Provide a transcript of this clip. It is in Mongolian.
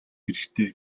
хэрэгтэй